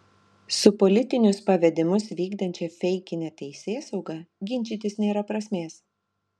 su politinius pavedimus vykdančia feikine teisėsauga ginčytis nėra prasmės